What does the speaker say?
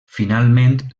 finalment